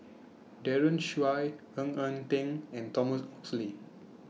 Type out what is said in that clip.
Daren Shiau Ng Eng Teng and Thomas Oxley